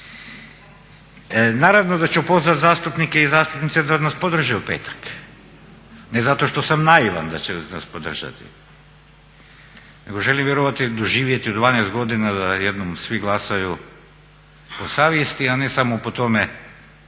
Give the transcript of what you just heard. Naravno da ću pozvat zastupnike i zastupnice da nas podrže u petak. Ne zato što sam naivan da će nas podržati, nego želim vjerovati i doživjeti u 12 godina da jednom svi glasaju po savjesti a ne samo po tome